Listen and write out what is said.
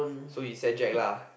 so you said Jack lah